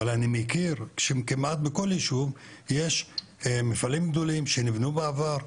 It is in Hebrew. אבל אני מכיר שכמעט בכל יישוב יש מפעלים גדולים שנבנו בעבר,